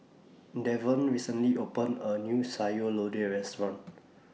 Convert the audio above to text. Devon recently opened A New Sayur Lodeh Restaurant